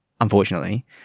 Unfortunately